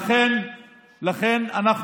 אז לא, לכן אנחנו